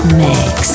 mix